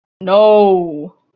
No